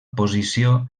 posició